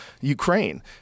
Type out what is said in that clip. Ukraine